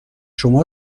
شما